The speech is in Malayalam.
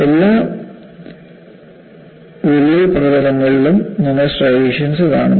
എല്ലാ വിള്ളൽ പ്രതലങ്ങളിലും നിങ്ങൾ സ്ട്രൈയേഷൻസ് കാണുന്നു